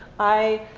i,